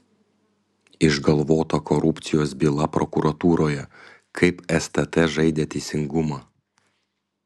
išgalvota korupcijos byla prokuratūroje kaip stt žaidė teisingumą